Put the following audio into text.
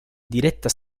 diretta